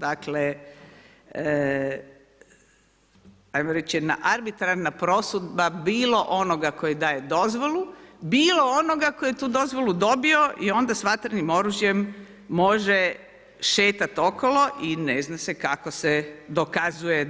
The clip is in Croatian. Dakle, hajmo reći jedna arbitrarna prosudba bilo onoga koji daje dozvolu, bilo onoga koji je tu dozvolu dobio i onda sa vatrenim oružjem može šetati okolo i ne zna se kako se dokazuje